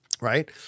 right